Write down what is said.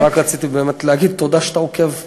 רק רציתי באמת להגיד: תודה שאתה עוקב היום.